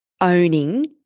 owning